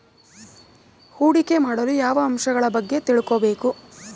ಹೂಡಿಕೆ ಮಾಡಲು ಯಾವ ಅಂಶಗಳ ಬಗ್ಗೆ ತಿಳ್ಕೊಬೇಕು?